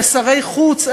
לשרי חוץ,